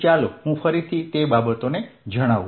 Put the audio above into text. ચાલો હું ફરીથી તે બાબતોને જણાવું